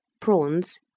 prawns